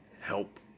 help